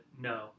no